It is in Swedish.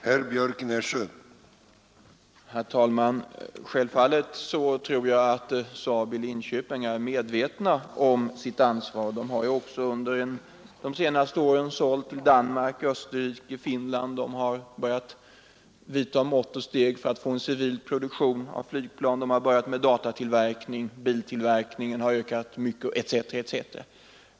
Herr talman! SAAB i Linköping är säkert medvetna om sitt ansvar. Företaget har också under de senaste åren lyckats sälja flygplan till Danmark, Österrike och Finland, det har börjat vidta mått och steg för att få en civil produktion av flygplan, det har startat datatillverkning, biltillverkningen har ökats kraftigt etc.